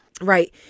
Right